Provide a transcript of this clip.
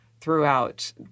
throughout